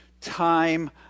time